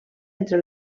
entre